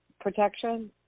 protection